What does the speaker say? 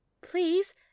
please